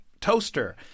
toaster